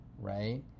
right